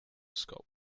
scott